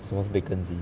什么 Bakerzin